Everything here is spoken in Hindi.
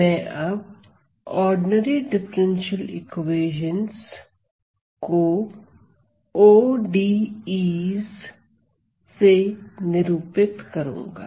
मैं अब ऑर्डिनरी डिफरेंशियल इक्वेशंस को ODEs से निरूपित करूंगा